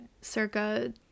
circa